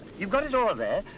you've got it all there.